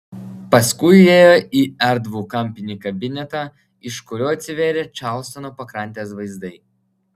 paskui įėjo į erdvų kampinį kabinetą iš kurio atsivėrė čarlstono pakrantės vaizdai